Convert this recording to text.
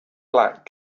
black